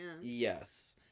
Yes